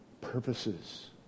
purposes